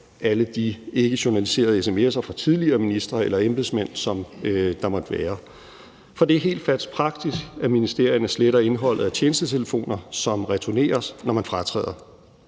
alle de ikkejournaliserede sms'er fra tidligere ministre eller embedsmænd, som der måtte være, for det er helt fast praksis, at ministerierne sletter indholdet af tjenestetelefoner, som returneres, når man fratræder.